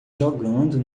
jogando